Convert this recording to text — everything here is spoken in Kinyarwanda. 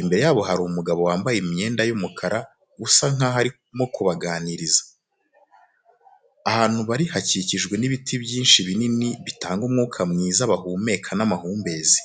Imbere yabo hari umugabo wambaye imyenda y'umukara usa nkaho arimo kubaganiriza. Ahantu bari hakikijwe n'ibiti byinshi binini bitanga umwuka mwiza bahumeka n'amahumbezi.